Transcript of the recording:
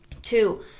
Two